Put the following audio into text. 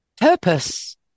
purpose